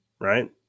right